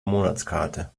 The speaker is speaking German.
monatskarte